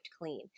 clean